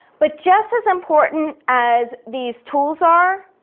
but just as important as these tools are,